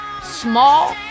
small